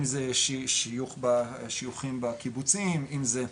אם זה שיוכים בקיבוצים, אם זה,